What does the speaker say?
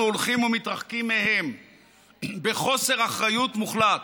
הולכים ומתרחקים מהם בחוסר אחריות מוחלט.